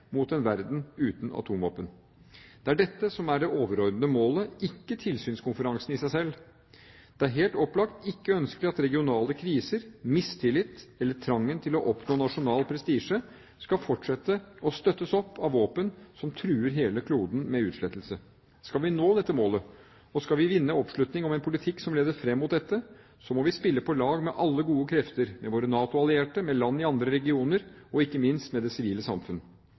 mot en verden uten atomvåpen. Det er dette som er det overordnede målet, ikke tilsynskonferansen i seg selv. Det er helt opplagt ikke ønskelig at regionale kriser, mistillit eller trangen til oppnå nasjonal prestisje fortsatt skal støttes opp av våpen som truer hele kloden med utslettelse. Skal vi nå dette målet, og skal vi vinne oppslutning om en politikk som leder fram mot dette, må vi spille på lag med alle gode krefter: med våre NATO-allierte, med land i andre regioner og ikke minst med det sivile samfunn.